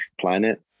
planet